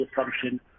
assumption